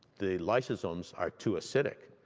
the lysosomes are too acidic.